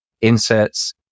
inserts